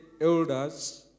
elders